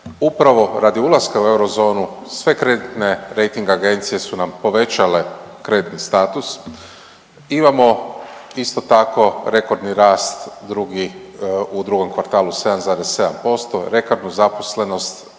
Upravo radi ulaska u euro zonu sve kreditne rejting agencije su nam povećale kreditni status. Imamo isto tako rekordni rast u drugom kvartalu 7,7%, rekordnu zaposlenost,